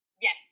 Yes